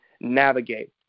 navigate